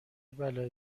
بلایی